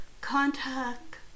Contact